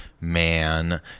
man